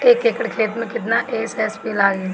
एक एकड़ खेत मे कितना एस.एस.पी लागिल?